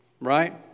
right